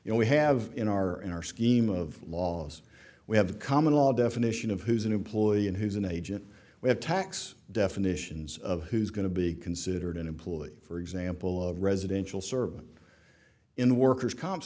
you know we have in our in our scheme of laws we have a common law definition of who's an employee and who's an agent we have tax definitions of who's going to be considered an employee for example of residential service in worker's comp